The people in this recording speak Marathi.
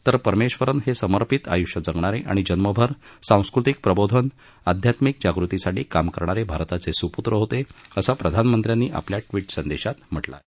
तर परमेश्वरन हे समर्पित आयुष्य जगणारे आणि जन्मभर सांस्कृतिक प्रबोधन आध्यात्मिक जागृतीसाठी काम करणारे भारताचे सुपूत्र होते असं प्रधानमंत्र्यांनी आपल्या ट्विट संदेशात म्हटलं आहे